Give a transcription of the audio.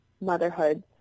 motherhood